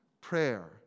prayer